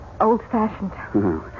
old-fashioned